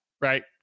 right